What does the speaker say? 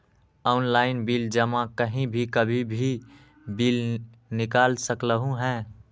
Online bill जमा कहीं भी कभी भी बिल निकाल सकलहु ह?